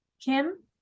Kim